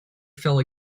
fell